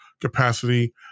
capacity